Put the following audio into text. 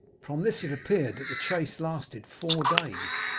from this it appeared that the chase lasted four days,